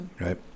Right